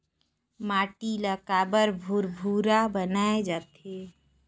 माटी ला काबर भुरभुरा बनाय जाथे?